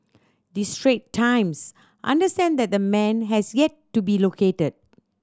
the Straits Times understand that the man has yet to be located